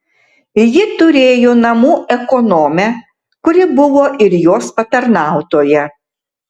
ji turėjo namų ekonomę kuri buvo ir jos patarnautoja